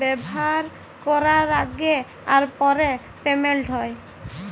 ব্যাভার ক্যরার আগে আর পরে পেমেল্ট হ্যয়